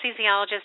anesthesiologist